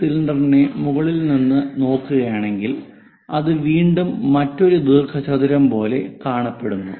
ഈ സിലിണ്ടറിനെ മുകളിൽ നിന്ന് നോക്കുകയാണെങ്കിൽ അത് വീണ്ടും മറ്റൊരു ദീർഘചതുരം പോലെ കാണപ്പെടുന്നു